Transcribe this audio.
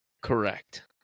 Correct